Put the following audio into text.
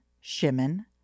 Shimon